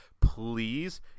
please